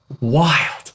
wild